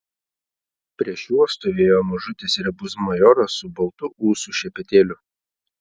prieš juos stovėjo mažutis riebus majoras su baltu ūsų šepetėliu